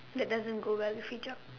that doesn't go well with see job